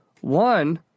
One